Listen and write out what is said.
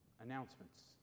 announcements